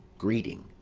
greeting.